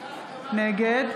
נגד